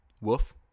woof